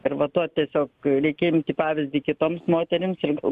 ir va to tiesiog reikia imti pavyzdį kitoms moterims jeigu